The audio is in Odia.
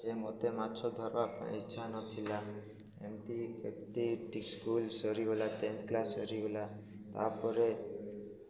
ଯେ ମତେ ମାଛ ଧରବା ପାଇଁ ଇଚ୍ଛା ନଥିଲା ଏମିତି ଏ ସ୍କୁଲ ସରିଗଲା ଟେନ୍ଥ କ୍ଲାସ୍ ସରିଗଲା ତାପରେ